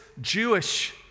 Jewish